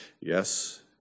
yes